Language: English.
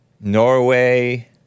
Norway